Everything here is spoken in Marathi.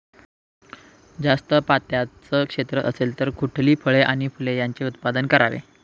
जास्त पात्याचं क्षेत्र असेल तर कुठली फळे आणि फूले यांचे उत्पादन करावे?